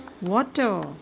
water